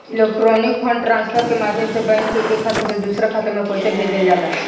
electronic fund transfer के माध्यम से बैंक के एक खाता से दूसरा खाता में पईसा भेजल जाला